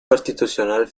constitucional